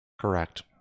Correct